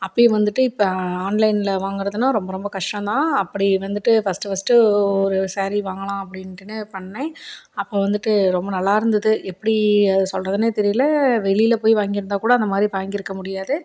அப்பிடியும் வந்துட்டு இப்போ ஆன்லைனில் வாங்கிறதுனா ரொம்ப ரொம்ப கஷ்டம்தான் அப்படி இருந்துகிட்டு ஃபஸ்ட்டு ஃபஸ்ட்டு ஒரு ஸேரீ வாங்கலாம் அப்படின்ட்டுனு பண்ணிணேன் அப்போ வந்துட்டு ரொம்ப நல்லாயிருந்தது எப்படி அதை சொல்கிறதுன்னே தெரியலை வெளியில் போய் வாங்கியிருந்தா கூட அந்த மாதிரி வாங்கியிருக்க முடியாது